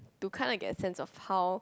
to kind like get a sense of how